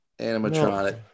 animatronic